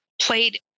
played –